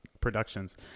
productions